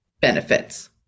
benefits